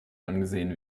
angesehen